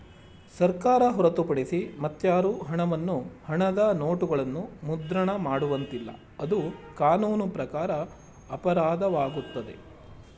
ಸರ್ಕಾರ ಹೊರತುಪಡಿಸಿ ಮತ್ಯಾರು ಹಣವನ್ನು ಹಣದ ನೋಟುಗಳನ್ನು ಮುದ್ರಣ ಮಾಡುವಂತಿಲ್ಲ, ಅದು ಕಾನೂನು ಪ್ರಕಾರ ಅಪರಾಧವಾಗುತ್ತದೆ